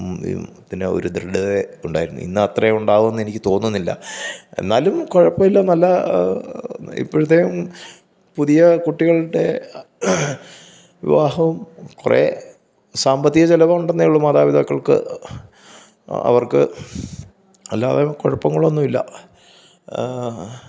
ത്തിന് ഒരു ദൃഢത ഉണ്ടായിരുന്നു ഇന്ന് അത്രേം ഉണ്ടാകൂന്ന് എനിക്ക് തോന്നുന്നില്ല എന്നാലും കുഴപ്പമില്ല നല്ല ഇപ്പോഴത്തേം പുതിയ കുട്ടികളുടെ വിവാഹോം കുറെ സാമ്പത്തിക ചിലവുണ്ടെന്നേ ഉള്ളു മാതാപിതാക്കൾക്ക് അവർക്ക് അല്ലാതെ കുഴപ്പങ്ങളൊന്നുമില്ല